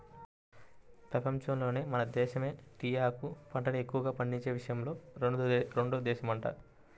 పెపంచంలోనే మన దేశమే టీయాకు పంటని ఎక్కువగా పండించే విషయంలో రెండో దేశమంట